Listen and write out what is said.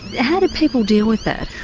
how did people deal with that?